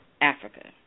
Africa